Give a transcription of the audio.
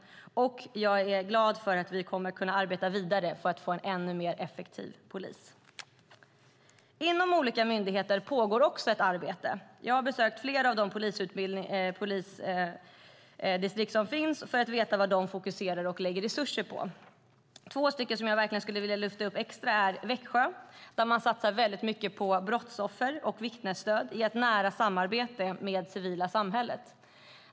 Jag är glad att vi kan arbeta vidare för att få en ännu mer effektiv polis. Inom de olika polismyndigheterna pågår också ett arbete. Jag har besökt flera av dem för att få veta vad de fokuserar och lägger resurser på. Jag vill särskilt lyfta fram Växjö som satsar mycket på brottsoffer och vittnesstöd i nära samarbete med det civila samhället.